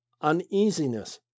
uneasiness